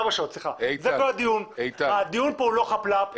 הדיון פה הוא לא חפל"פ.